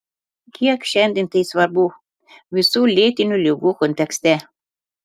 kiek šiandien tai svarbu visų lėtinių ligų kontekste